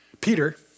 Peter